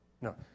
No